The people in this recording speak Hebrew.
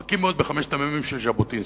בקי מאוד בחמשת המ"מים של ז'בוטינסקי.